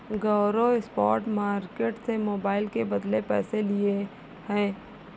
गौरव spot market से mobile के बदले पैसे लिए हैं